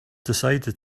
decided